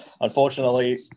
Unfortunately